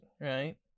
right